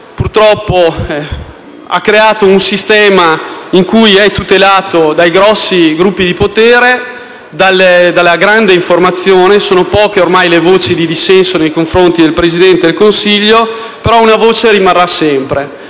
purtroppo ha creato un sistema in cui è tutelato dai grandi gruppi di potere e dalla grande informazione, in cui sono poche ormai le voci di dissenso nei confronti del Presidente del Consiglio. Ma una voce rimarrà sempre